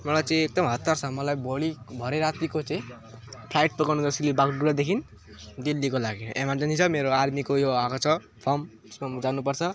मलाई चाहिँ एकदम हतार छ मलाई भोलि भरे रातीको चाहिँ फ्लाइट पकड्नुपर्छ कि बाघडुगरादेखिन् दिल्लीको लागि इमर्जेन्सी छ मेरो आर्मीको यो आएको छ फर्म त्यसमा म जानुपर्छ